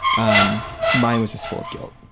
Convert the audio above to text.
um mine was just full of guilt,